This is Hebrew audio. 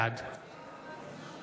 בעד